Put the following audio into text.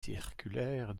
circulaire